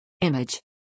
Image